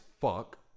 fuck